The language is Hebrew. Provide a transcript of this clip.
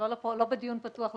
לא בדיון פתוח לפרוטוקול,